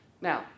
Now